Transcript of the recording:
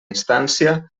instància